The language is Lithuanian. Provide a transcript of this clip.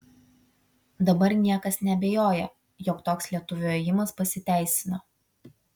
dabar niekas neabejoja jog toks lietuvio ėjimas pasiteisino